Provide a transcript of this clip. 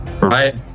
right